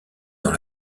dans